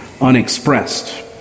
unexpressed